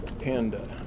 Panda